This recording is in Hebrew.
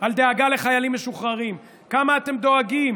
על דאגה לחיילים משוחררים, כמה אתם דואגים,